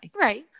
Right